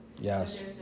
yes